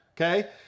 okay